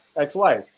ex-wife